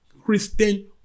Christian